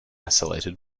isolated